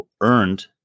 earned